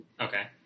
Okay